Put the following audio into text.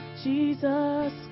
Jesus